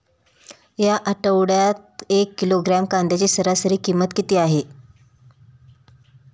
या आठवड्यात एक किलोग्रॅम कांद्याची सरासरी किंमत किती आहे?